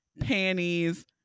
panties